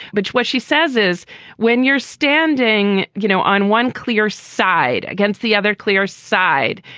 but what she says is when you're standing you know on one clear side against the other clear side,